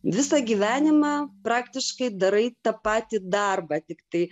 visą gyvenimą praktiškai darai tą patį darbą tiktai